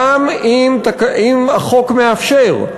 גם אם החוק מאפשר.